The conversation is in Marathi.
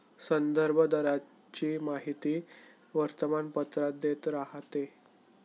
संदर्भ दराची माहिती वर्तमानपत्रात येत राहते